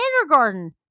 kindergarten